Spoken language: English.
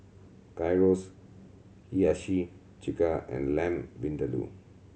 Gyros Hiyashi Chuka and Lamb Vindaloo